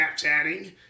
Snapchatting